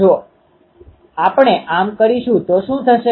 જો આપણે આમ કરીશું તો શું થશે